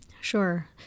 Sure